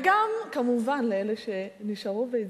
לאלה שהצביעו.